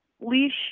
Leash